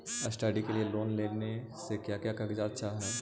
Study के लिये loan लेने मे का क्या कागजात चहोये?